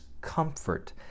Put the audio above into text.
comfort